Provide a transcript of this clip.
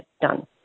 done